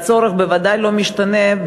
והצורך בוודאי לא משתנה,